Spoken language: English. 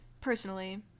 personally